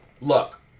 look